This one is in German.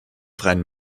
freien